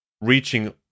reaching